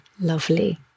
lovely